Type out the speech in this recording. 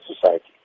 society